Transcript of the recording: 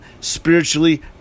spiritually